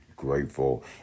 grateful